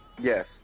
Yes